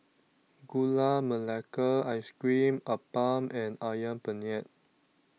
Gula Melaka Ice Cream Appam and Ayam Penyet